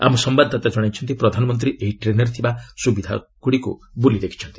ଆମ ସମ୍ଭାଦଦାତା ଜଣାଇଛନ୍ତି ପ୍ରଧାନମନ୍ତ୍ରୀ ଏହି ଟ୍ରେନ୍ରେ ଥିବା ସୁବିଧାଗୁଡ଼ିକୁ ବୁଲି ଦେଖିଛନ୍ତି